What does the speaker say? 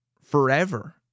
forever